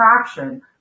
attraction